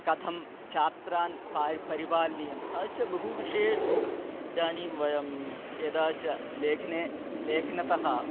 कथं छात्रान् पार् परिपालनीयं तादृशः बहु विषयेषु इदानीं वयं यदा श लेखने लेखनतः